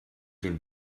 den